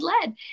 led